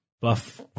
buff